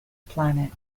planet